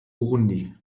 burundi